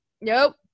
nope